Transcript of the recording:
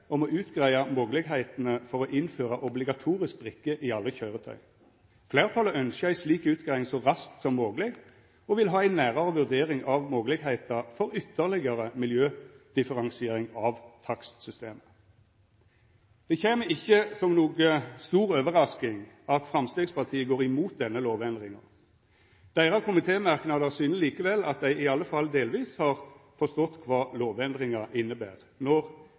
å utgreia moglegheitene for å innføra obligatorisk brikke i alle køyretøy. Fleirtalet ønskjer ei slik utgreiing så raskt som mogleg og vil ha ei nærare vurdering av moglegheita for ytterlegare miljødifferensiering av takstsystemet. Det kjem ikkje som noka stor overrasking at Framstegspartiet går imot denne lovendringa. Deira komitémerknader syner likevel at dei i alle fall delvis har forstått kva lovendringa inneber når